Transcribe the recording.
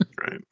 Right